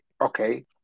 okay